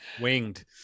Winged